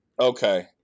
Okay